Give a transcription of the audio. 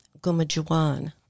Gumajuan